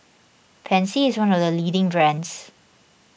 Pansy is one of the leading brands